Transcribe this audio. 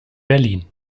berlin